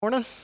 Morning